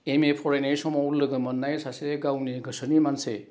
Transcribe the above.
M A फरायनाय समाव लोगो मोन्नाय सासे गावनि गोसोनि मानसि